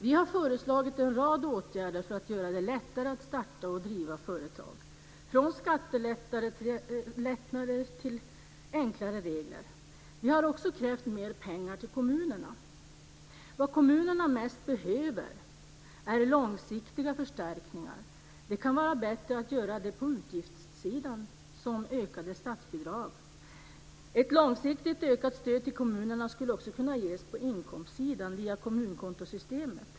Vi har föreslagit en rad åtgärder för att göra det lättare att starta och driva företag, från skattelättnader till enklare regler. Vi har också krävt mer pengar till kommunerna. Vad kommunerna mest behöver är långsiktiga förstärkningar. Det kan vara bättre att åstadkomma det på utgiftssidan såsom ökade statsbidrag. Ett långsiktigt ökat stöd till kommunerna skulle också kunna ges på inkomstsidan via kommunkontosystemet.